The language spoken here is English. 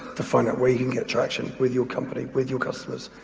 to find out where you can get traction with your company, with your customers,